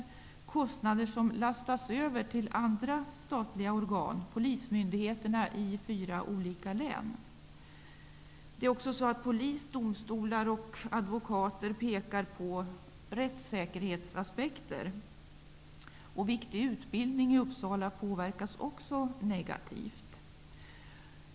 Det är kostnader som lastats över till andra statliga organ, polismyndigheterna i fyra olika län. Polis, domstolar och advokater pekar också på rättssäkerhetsaspekter. Viktig utbildning i Uppsala påverkas också negativt.